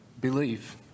believe